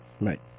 Right